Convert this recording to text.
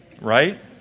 Right